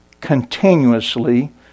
continuously